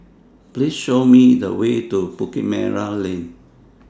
Please Show Me The Way to Bukit Merah Lane